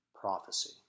prophecy